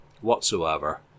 whatsoever